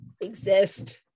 exist